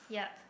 yup